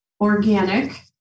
organic